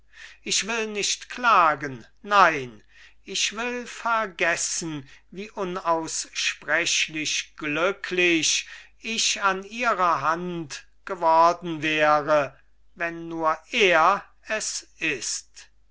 ich will nicht klagen nein ich will vergessen wie unaussprechlich glücklich ich an ihrer hand geworden wäre wenn nur er es ist